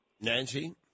Nancy